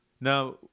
Now